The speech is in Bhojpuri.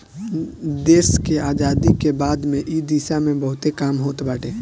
देस के आजादी के बाद से इ दिशा में बहुते काम होत बाटे